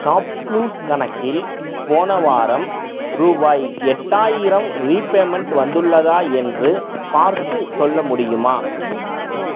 ShopClues கணக்கில் போன வாரம் ரூபாய் எட்டாயிரம் ரீபேமண்ட் வந்துள்ளதா என்று பார்த்துச் சொல்ல முடியுமா